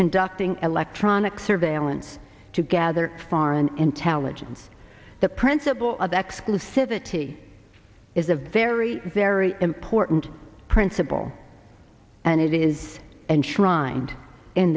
conducting electronic surveillance to gather foreign intelligence the principle of exclusivity is a very very important principle and it is enshrined in